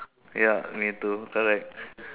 ya me too I like